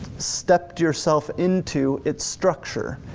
stepped yourself into its structure.